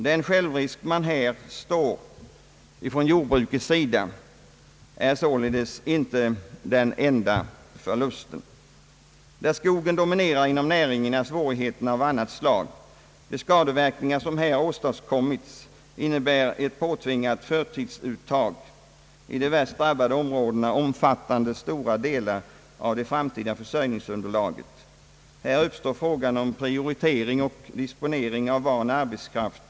Den självrisk man här står från jordbrukets sida är således inte den enda förlusten. Där skogen dominerar inom näringen är svårigheterna av annat slag. De skador som här åstadkommits innebär ett påtvingat förtidsuttag, i de värst drabbade områdena omfattande stora delar av det framtida försörjningsunderlaget. Här uppstår frågan om prioritering och disponering av van arbetskraft.